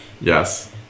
Yes